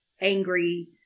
angry